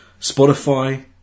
Spotify